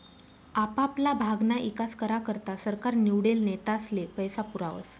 आपापला भागना ईकास करा करता सरकार निवडेल नेतास्ले पैसा पुरावस